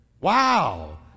Wow